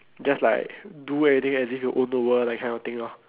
just like do everything as if you own the world that kind of thing lor